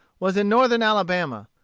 was in northern alabama,